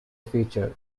feature